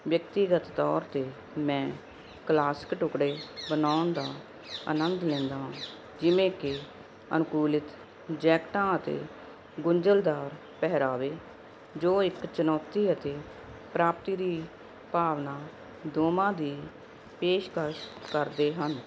ਵਿਅਕਤੀਗਤ ਤੌਰ 'ਤੇ ਮੈਂ ਕਲਾਸਕ ਟੁਕੜੇ ਬਣਾਉਣ ਦਾ ਆਨੰਦ ਲੈਂਦਾ ਜਿਵੇਂ ਕਿ ਅਨੁਕੂਲਿਤ ਜੈਕਟਾਂ ਅਤੇ ਗੁੰਝਲਦਾਰ ਪਹਿਰਾਵੇ ਜੋ ਇੱਕ ਚੁਣੌਤੀ ਅਤੇ ਪ੍ਰਾਪਤੀ ਦੀ ਭਾਵਨਾ ਦੋਵਾਂ ਦੀ ਪੇਸ਼ਕਸ਼ ਕਰਦੇ ਹਨ